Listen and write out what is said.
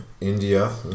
India